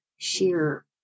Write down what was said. sheer